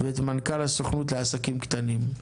את מנכ"ל הסוכנות לעסקים קטנים,